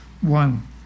one